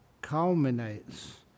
culminates